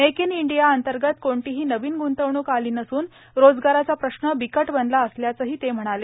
make in India अंतर्गत कोणतीही नवीन ग्रंतवणूक आली नसून रोजगाराचा प्रश्न बिकट बनला असल्याचे त्यांनी सांगितलं